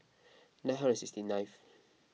nine hundred sixty ninth